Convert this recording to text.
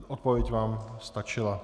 Odpověď vám stačila.